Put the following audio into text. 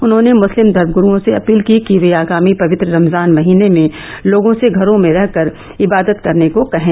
उन्होंने मुस्लिम धर्मगुरूओं से अपील की कि वे आगामी पवित्र रमजान महीने में लोगों से घरों में रहकर इबादत करने को कहें